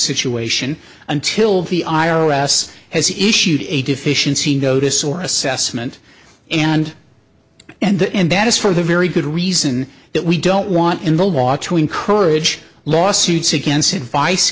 situation until the i r s has issued a deficiency notice or assessment and and the and that is for the very good reason that we don't want in the law to encourage lawsuits against advice